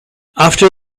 after